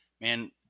man